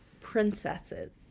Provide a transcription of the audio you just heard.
princesses